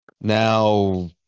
now